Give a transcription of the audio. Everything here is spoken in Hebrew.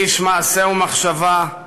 איש מעשה ומחשבה,